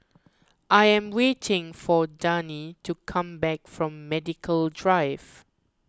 I am waiting for Dani to come back from Medical Drive